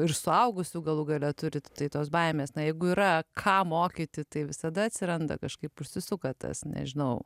ir suaugusių galų gale turit tos baimės na jeigu yra ką mokyti tai visada atsiranda kažkaip užsisuka tas nežinau